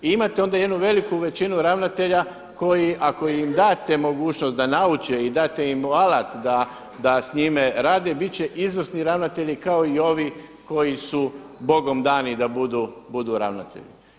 I imate onda jednu veliku većinu ravnatelja koji ako im date mogućnost da nauče i date im alat da s njima rade, bit će izvrsni ravnatelji kao i ovi koji su Bogom dani da budu ravnatelji.